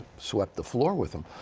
swept the floor with him.